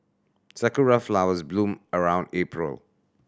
sakura flowers bloom around April